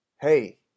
Hey